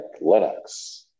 Linux